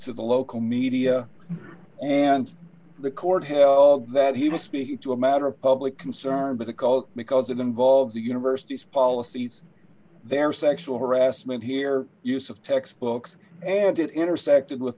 to the local media and the court held that he was speaking to a matter of public concern because because it involves the university's policies there sexual harassment here use of textbooks and it intersected with